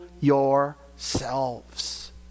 yourselves